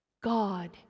God